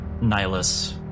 Nihilus